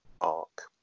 arc